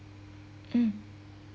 mm